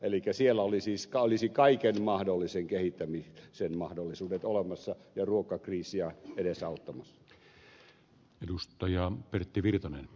elikkä siellä olisi kaiken mahdollisen kehittämisen mahdollisuudet olemassa ja ruokakriisiä edesauttamassat edustajiaan pertti virtanen